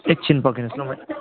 एकछिन पर्खिनुहोस् ल म